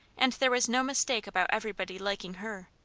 and there was no mistake about everybody liking her.